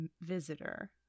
Visitor